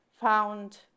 found